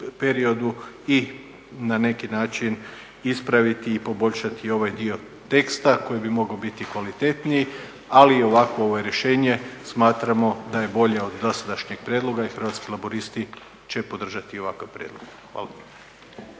periodu i na neki način ispraviti i poboljšati ovaj dio teksta koji bi mogao biti kvalitetniji. Ali i ovakvo rješenje smatramo da je bolje od dosadašnjeg prijedloga i Hrvatski laburisti će podržati ovakav prijedlog. Hvala.